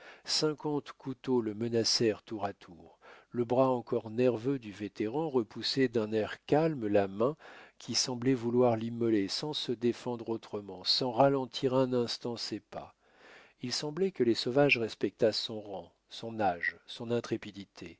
couteaux le menacèrent tour à tour le bras encore nerveux du vétéran repoussait d'un air calme la main qui semblait vouloir l'immoler sans se défendre autrement sans ralentir un instant ses pas il semblait que les sauvages respectassent son rang son âge son intrépidité